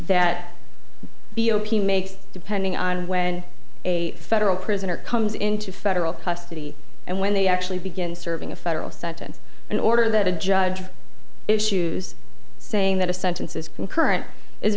that makes depending on when a federal prisoner comes into federal custody and when they actually begin serving a federal sentence in order that a judge issues saying that a sentence is concurrent is